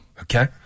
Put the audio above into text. Okay